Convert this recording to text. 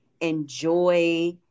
enjoy